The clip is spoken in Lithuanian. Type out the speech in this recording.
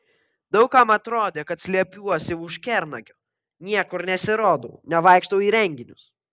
daug kam atrodė kad slepiuosi už kernagio niekur nesirodau nevaikštau į renginius